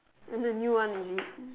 there's a new one is it